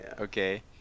Okay